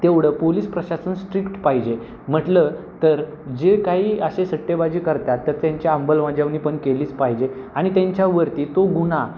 तेवढं पोलिस प्रशासन स्ट्रिक्ट पाहिजे म्हटलं तर जे काही असे सट्टेबाजी करतात तर त्यांच्या अंमलबजावनी पण केलीच पाहिजे आणि त्यांच्यावरती तो गुन्हा